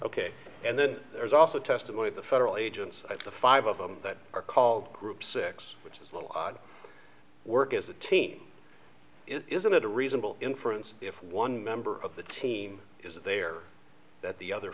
ok and then there's also testimony of the federal agents the five of them that are called group six which is a little odd work as a team it isn't a reasonable inference if one member of the team is there that the other